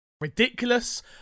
Ridiculous